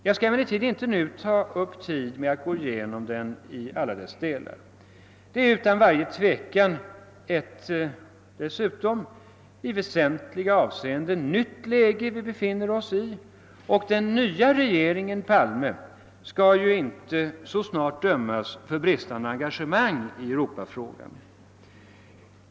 Jag skall emellertid inte nu ta upp tid med att gå igenom den i alla dess delar. Det är utan varje tvivel dessutom ett i väsentliga avseenden nytt läge vi nu befinner oss i, och den nya regeringen Palme skall inte så snart dömas för bristande engagemang i Europafrågan.